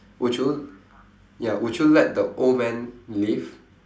would you ya would you let the old man live